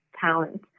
talent